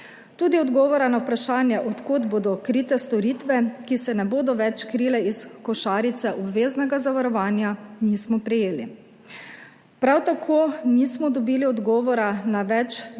Tudi odgovora na vprašanje, od kod bodo krite storitve, ki se ne bodo več krile iz košarice obveznega zavarovanja, nismo prejeli. Prav tako nismo dobili odgovora na več desetletno